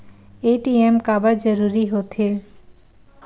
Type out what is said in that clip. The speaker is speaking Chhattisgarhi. ए.टी.एम काबर जरूरी हो थे?